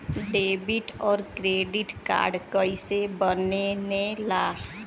Debit और credit card कईसे बने ने ला?